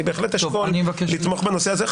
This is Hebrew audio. אני בהחלט אשקול לתמוך בנושא הזה.